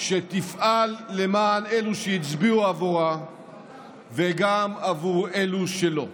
שתפעל למען אלה שהצביעו עבורה וגם עבור אלו שלא.